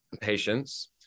patience